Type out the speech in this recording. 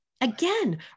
again